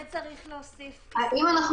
אתה הולך לסופר, אתה משאיר את הטלפון בבית, והנה.